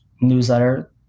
newsletter